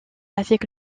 avec